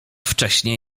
wcześnie